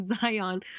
Zion